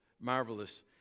marvelous